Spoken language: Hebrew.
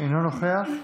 אינו נוכח.